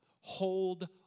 Hold